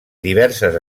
diverses